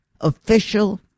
official